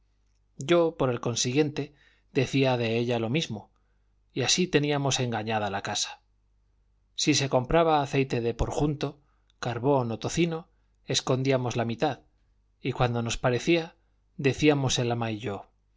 yo por el consiguiente decía de ella lo mismo y así teníamos engañada la casa si se compraba aceite de por junto carbón o tocino escondíamos la mitad y cuando nos parecía decíamos el